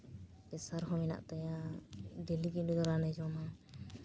ᱯᱮᱥᱟᱨ ᱦᱚᱸ ᱢᱮᱱᱟᱜ ᱛᱟᱭᱟ ᱰᱮᱞᱤᱜᱮ ᱩᱱᱤ ᱫᱚ ᱨᱟᱱᱮ ᱡᱚᱢᱟ